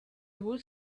would